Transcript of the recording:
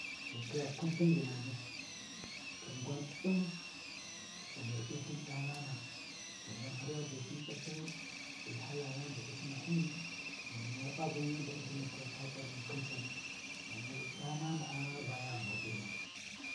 Ghi khikhiya kunlthin Vinani, lthin gwan ɗin ghi Vurdi lthin ɗanana lthin gwan har ya bilthin ɗapu ghi hala yani bu ɗususna u'mau ghingin ya p'a gwan yan bu ɗu Sina khiya taa ƙurinni khin cani, ghan we’e, ɗanana’a ba ya Vurdi mun.